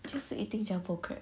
就是 eating jumbo crab